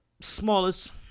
smallest